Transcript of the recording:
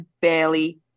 barely